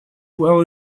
well